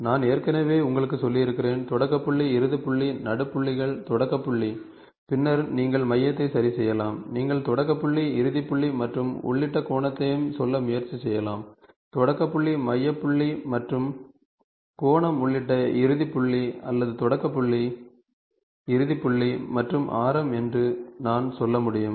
நான் ஏற்கனவே உங்களுக்குச் சொல்லியிருக்கிறேன் தொடக்கப் புள்ளி இறுதிப் புள்ளி நடுப் புள்ளிகள் தொடக்கப் புள்ளி பின்னர் நீங்கள் மையத்தை சரிசெய்யலாம் நீங்கள் தொடக்க புள்ளி இறுதிப் புள்ளி மற்றும் உள்ளிட்ட கோணத்தையும் சொல்ல முயற்சி செய்யலாம் தொடக்க புள்ளி மைய புள்ளி மற்றும் கோணம் உள்ளிட்ட இறுதி புள்ளி அல்லது தொடக்க புள்ளி இறுதி புள்ளி மற்றும் ஆரம் என்று நான் சொல்ல முடியும்